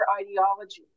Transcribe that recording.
ideology